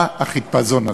מה החיפזון הזה?